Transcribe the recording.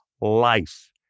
life